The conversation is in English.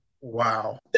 Wow